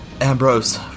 Ambrose